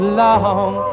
long